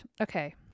Okay